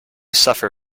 suffer